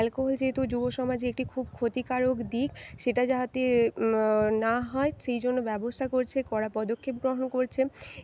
alcohol যেহেতু যুবসমাজে একটি খুব ক্ষতিকারক দিক সেটা যাতে না হয় সেই জন্য ব্যবস্থা করছে কড়া পদক্ষেপ গ্রহণ করছেন